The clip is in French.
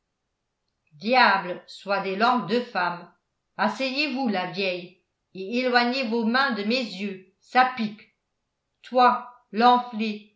diable soit des langues de femme asseyez-vous la vieille et éloignez vos mains de mes yeux ça pique toi